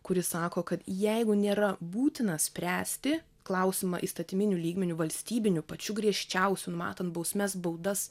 kuris sako kad jeigu nėra būtina spręsti klausimą įstatyminiu lygmeniu valstybiniu pačiu griežčiausiu numatant bausmes baudas